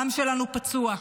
העם שלנו פצוע.